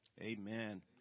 Amen